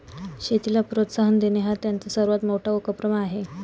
शेतीला प्रोत्साहन देणे हा त्यांचा सर्वात मोठा उपक्रम आहे